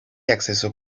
acceso